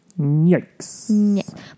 Yikes